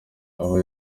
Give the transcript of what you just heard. aho